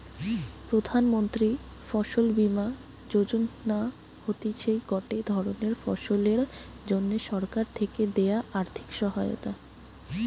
প্রধান মন্ত্রী ফসল বীমা যোজনা হতিছে গটে ধরণের ফসলের জন্যে সরকার থেকে দেয়া আর্থিক সহায়তা